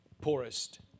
poorest